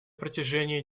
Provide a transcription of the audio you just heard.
протяжении